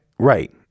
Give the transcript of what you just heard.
Right